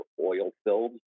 oil-filled